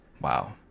Wow